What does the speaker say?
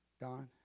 Don